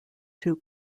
two